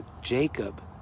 jacob